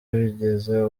bigeza